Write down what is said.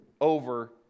over